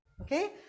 okay